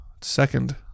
Second